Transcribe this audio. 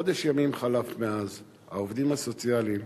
חודש ימים חלף מאז, העובדים הסוציאליים